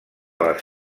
les